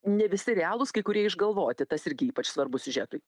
ne visi realūs kai kurie išgalvoti tas irgi ypač svarbu siužetui